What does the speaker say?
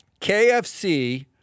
KFC